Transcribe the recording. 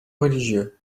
religieux